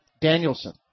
Danielson